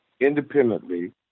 independently